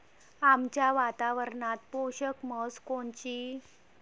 आमच्या वातावरनात पोषक म्हस कोनची?